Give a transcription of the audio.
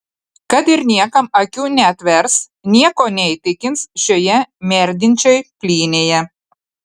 kad ir niekam akių neatvers nieko neįtikins šioje merdinčioj plynėje